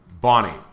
Bonnie